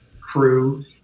crew